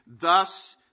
thus